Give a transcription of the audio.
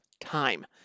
time